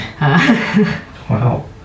Wow